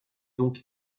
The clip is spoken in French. donc